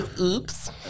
oops